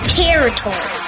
territory